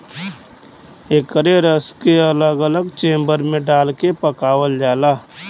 एकरे रस के अलग अलग चेम्बर मे डाल के पकावल जाला